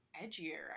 edgier